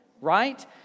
right